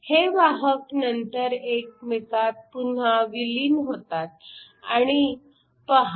हे वाहक नंतर पुन्हा एकमेकांत विलीन होतात आणि पहा